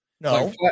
No